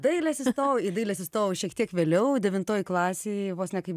dailės įstojau į dailės įstojau šiek tiek vėliau devintoj klasėj vos ne kai